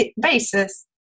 basis